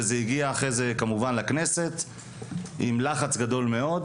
וכמובן שזה הגיע אחרי זה לכנסת עם לחץ גדול מאוד,